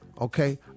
Okay